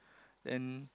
then